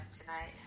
tonight